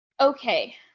Okay